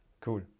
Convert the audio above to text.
Cool